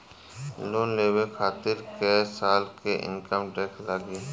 Loan लेवे खातिर कै साल के इनकम टैक्स लागी?